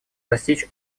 достичь